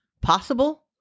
Possible